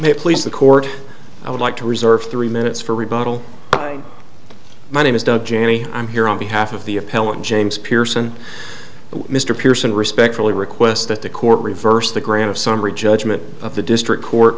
it please the court i would like to reserve three minutes for rebuttal my name is doug janney i'm here on behalf of the appellant james pearson and mr pierson respectfully request that the court reverse the grant of summary judgment of the district court